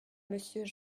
monsieur